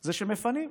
זה שמפנים.